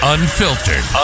Unfiltered